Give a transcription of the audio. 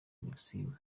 maxime